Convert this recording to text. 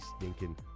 stinking